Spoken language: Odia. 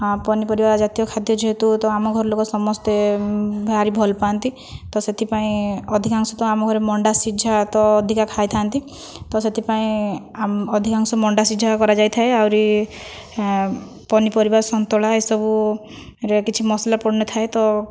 ଆଉ ପନିପରିବା ଜାତୀୟ ଖାଦ୍ୟ ଯେହେତୁ ତ ଆମ ଘର ଲୋକ ସମସ୍ତେ ଭାରି ଭଲ ପାଆନ୍ତି ତ ସେଥିପାଇଁ ଅଧିକାଂଶ ତ ଆମ ଘରେ ମଣ୍ଡା ସିଝା ତ ଅଧିକା ଖାଇଥାନ୍ତି ତ ସେଥିପାଇଁ ଅଧିକାଂଶ ମଣ୍ଡା ସିଝା କରାଯାଇଥାଏ ଆହୁରି ପନିପରିବା ସନ୍ତୁଳା ଏସବୁ ରେ କିଛି ମସଲା ପଡ଼ିନଥାଏ ତ